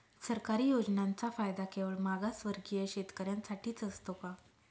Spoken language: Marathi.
सरकारी योजनांचा फायदा केवळ मागासवर्गीय शेतकऱ्यांसाठीच असतो का?